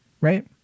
right